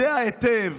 יודע היטב